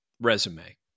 resume